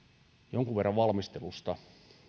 jonkun verran olen perillä valmistelusta